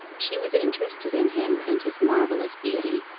she was interested in him and his marvellous beauty,